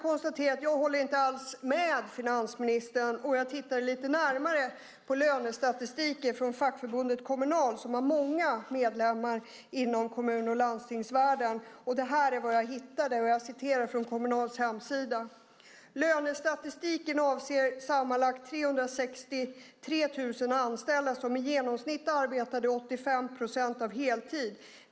Jag håller inte alls med finansministern och tittade lite närmare på lönestatistiken från fackförbundet Kommunal, som har många medlemmar inom kommun och landstingsvärlden. Det är här är vad jag hittade - jag citerar nu från Kommunals hemsida: "Lönestatistiken avser sammanlagt 363 000 anställda som i genomsnitt arbetar 85 procent av heltid.